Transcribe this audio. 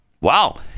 Wow